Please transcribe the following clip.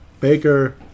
Baker